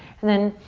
and then